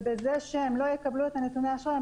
ובזה שהם לא יקבלו את נתוני האשראי,